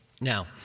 Now